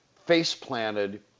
face-planted